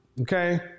Okay